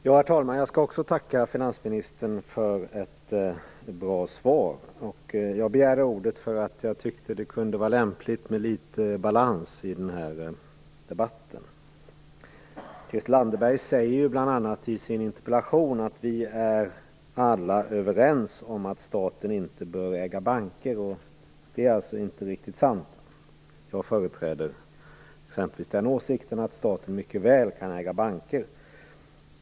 Herr talman! Jag skall tacka finansministern för ett bra svar. Jag begärde ordet därför att jag tyckte att det kunde vara lämpligt med litet balans i den här debatten. Christel Anderberg säger bl.a. i sin interpellation att vi alla är överens om att staten inte bör äga banker. Det är inte riktigt sant. Jag företräder exempelvis den åsikten att staten mycket väl kan äga banker.